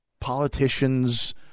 politicians